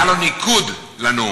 היה לו ניקוד לנאום.